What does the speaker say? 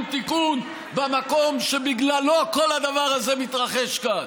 תיקון במקום שבגללו כל הדבר הזה מתרחש כאן,